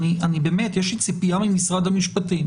באמת, יש לי ציפייה ממשרד המשפטים